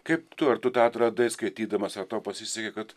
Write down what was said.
kaip tu ar tu tą atradai skaitydamas ar tau pasisekė kad